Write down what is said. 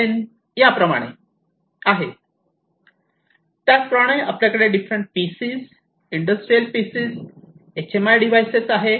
त्याचप्रमाणे आपल्याकडे different PCs industrial PCs HMI devices आहेत